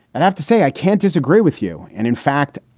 and i have to say, i can't disagree with you. and in fact,